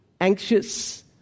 anxious